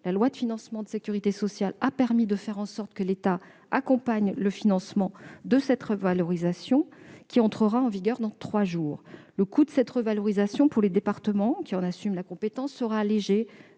La loi de financement de la sécurité sociale (LFSS) a permis de faire en sorte que l'État accompagne le financement de cette revalorisation, qui entrera en vigueur dans trois jours. Le coût de cette revalorisation pour les départements, qui en assument la compétence, sera allégé